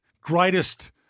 greatest